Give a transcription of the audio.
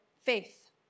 faith